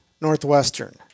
Northwestern